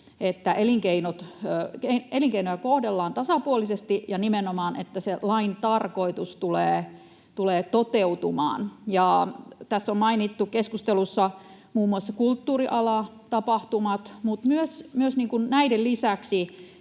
että elinkeinoja kohdellaan tasapuolisesti ja nimenomaan niin, että se lain tarkoitus tulee toteutumaan. Tässä keskustelussa on mainittu muun muassa kulttuuriala, tapahtumat, mutta näiden lisäksi